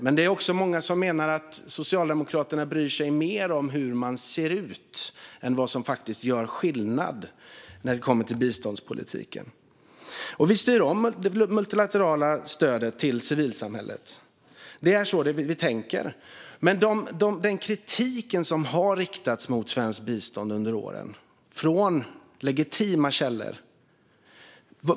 Men det är också många som menar att Socialdemokraterna bryr sig mer om hur man ser ut än om vad som faktiskt gör skillnad när det gäller biståndspolitiken. Vi styr om det multilaterala stödet till civilsamhället. Det är så vi tänker. Genom åren har kritik riktats mot svenskt bistånd, från legitima källor.